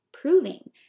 proving